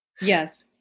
Yes